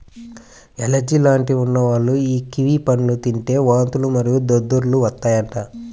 allergy లాంటివి ఉన్నోల్లు యీ కివి పండ్లను తింటే వాంతులు మరియు దద్దుర్లు వత్తాయంట